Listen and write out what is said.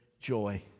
joy